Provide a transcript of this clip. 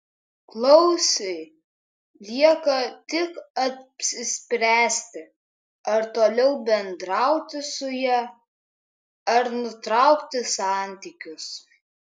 klausui lieka tik apsispręsti ar toliau bendrauti su ja ar nutraukti santykius